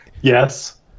Yes